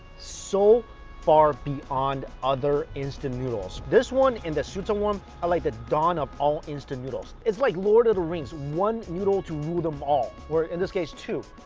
so far beyond other instant noodles this one and the tsuta one are like the don of all instant noodles it's like lord of the rings, one noodle to rule them all. or in this case, two.